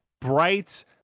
bright